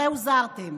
הרי הוזהרתם.